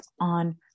on